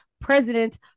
President